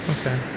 Okay